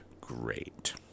great